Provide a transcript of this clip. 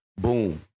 Boom